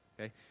okay